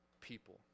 people